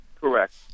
Correct